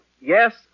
Yes